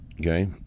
Okay